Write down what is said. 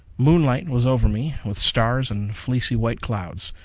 moonlight was over me, with stars and fleecy white clouds.